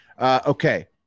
Okay